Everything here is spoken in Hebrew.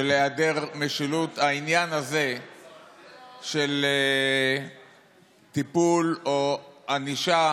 של היעדר משילות, העניין הזה של טיפול או ענישה